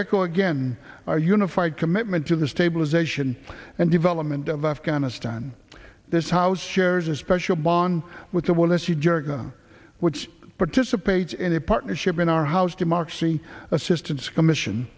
echo again our unified commitment to the stabilization and development of afghanistan this house shares a special bond with the well as he jirga which participates in a partnership in our house democracy assistance commission